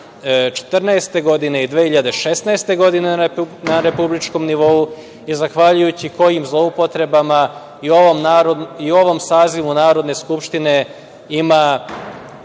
2014. i 2016. godine na republičkom nivou, zahvaljujući kojim zloupotrebama i u ovom Sazivu Narodne skupštine ima